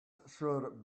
should